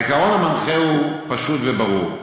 העיקרון המנחה הוא פשוט וברור: